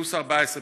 פלוס 14%,